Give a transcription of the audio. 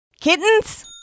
Kittens